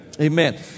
Amen